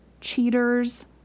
cheaters